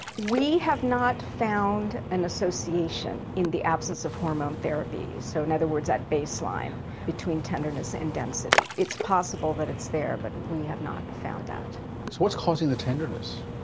we have not found an association in the absence of hormone therapy, so in other words at baseline between tenderness and density. it's possible that it's there but we have not found that. so what's causing the tenderness?